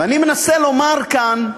ואני מנסה לומר כאן,